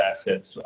assets